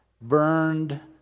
burned